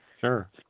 Sure